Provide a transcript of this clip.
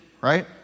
right